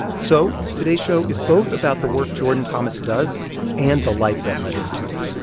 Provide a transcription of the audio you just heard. so today's show is both about the work jordan thomas does and the life that led him to it